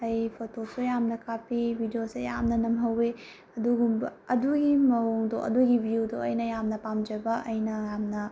ꯑꯩ ꯐꯣꯇꯣꯁꯨ ꯌꯥꯝꯅ ꯀꯥꯞꯄꯤ ꯚꯤꯗꯤꯑꯣꯁꯨ ꯌꯥꯝꯅ ꯅꯝꯍꯧꯋꯤ ꯑꯗꯨꯒꯨꯝꯕ ꯑꯗꯨꯒꯤ ꯃꯑꯣꯡꯗꯣ ꯑꯗꯨꯒꯤ ꯚ꯭ꯌꯨꯗꯣ ꯌꯥꯝꯅ ꯄꯥꯝꯖꯕ ꯑꯩꯅ ꯌꯥꯝꯅ